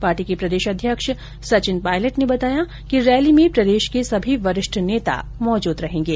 party के प्रदेश अध्यक्ष सचिन पायलट ने बताया कि रैली में प्रदेश के सभी वरिष्ठ नेता मौजूद रहेंगे